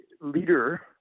leader